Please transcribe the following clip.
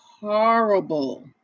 horrible